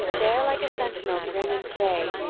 there like a sentinel, grim and gray,